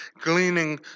gleaning